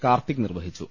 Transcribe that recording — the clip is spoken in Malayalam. കാർത്തിക് നിർവ്വഹിച്ചു